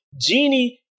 Genie